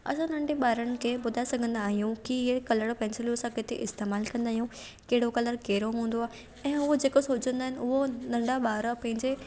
असां नंढे ॿारनि खे ॿुधाए सघंदा आहियूं की इहे कलर पेंसिलूं असां किथे इस्तेमालु कंदा आहियूं कहिड़ो कलर कहिड़ो हूंदो आहे ऐं ऊंअ जेके सोचींदा आहिनि उहो नंढा ॿार पंहिंजे